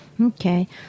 Okay